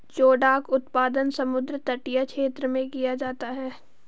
जोडाक उत्पादन समुद्र तटीय क्षेत्र में किया जाता है